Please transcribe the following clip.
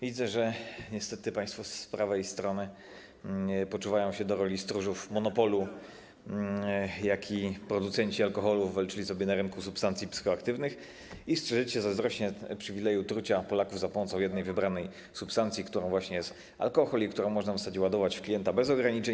Widzę, że niestety państwo z prawej strony poczuwają się do roli stróżów monopolu, jaki producenci alkoholu wywalczyli sobie na rynku substancji psychoaktywnych, i strzeżecie zazdrośnie przywileju trucia Polaków za pomocą jednej, wybranej substancji, którą właśnie jest alkohol i którą można w zasadzie ładować w klienta bez ograniczeń.